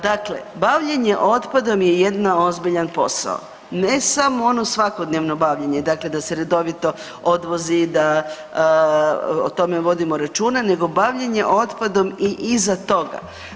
Dakle, bavljenje otpadom je jedan ozbiljan posao, ne samo ono svakodnevno bavljenje da se redovito odvozi, da o tome vodimo računa nego bavljenje otpadom i iza toga.